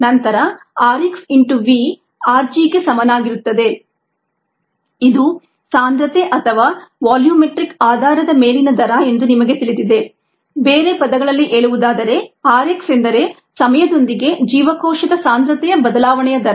ನಂತರ r x into V r g ಗೆ ಸಮನಾಗಿರುತ್ತದೆ ಇದು ಸಾಂದ್ರತೆ ಅಥವಾ ವಾಲ್ಯೂಮೆಟ್ರಿಕ್ ಆಧಾರದ ಮೇಲಿನ ದರ ಎಂದು ನಿಮಗೆ ತಿಳಿದಿದೆ ಬೇರೆ ಪದಗಳಲ್ಲಿ ಹೇಳುವುದಾದರೆ r x ಎಂದರೆ ಸಮಯದೊಂದಿಗೆ ಜೀವಕೋಶದ ಸಾಂದ್ರತೆಯ ಬದಲಾವಣೆಯ ದರ